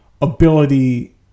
ability